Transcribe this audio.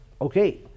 okay